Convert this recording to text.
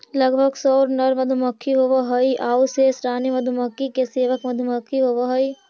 लगभग सौ नर मधुमक्खी होवऽ हइ आउ शेष रानी मधुमक्खी के सेवक मधुमक्खी होवऽ हइ